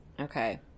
okay